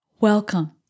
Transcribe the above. Welcome